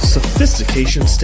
Sophistication